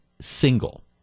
single